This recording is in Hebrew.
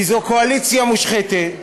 כי זאת קואליציה מושחתת,